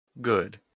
Good